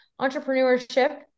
entrepreneurship